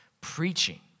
Preaching